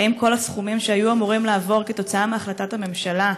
האם כל הסכומים שהיו אמורים לעבור כתוצאה מהחלטת הממשלה,